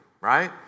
right